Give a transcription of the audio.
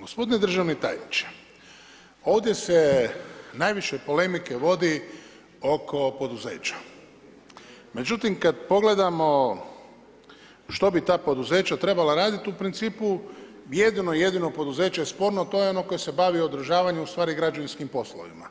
Gospodine državni tajniče, ovdje najviše polemike vodi oko poduzeća, međutim kada pogledamo što bi ta poduzeća trebala raditi u principu jedino, jedino poduzeće je sporno to je one koje se bavi održavanjem, ustvari građevinskim poslovima